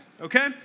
Okay